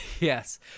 Yes